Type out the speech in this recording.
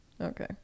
Okay